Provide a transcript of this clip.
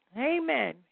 Amen